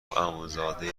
عموزاده